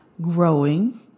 growing